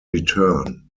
return